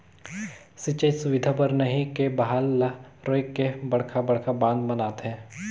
सिंचई सुबिधा बर नही के बहाल ल रोयक के बड़खा बड़खा बांध बनाथे